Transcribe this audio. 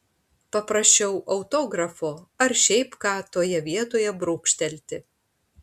paprašiau autografo ar šiaip ką toje vietoje brūkštelti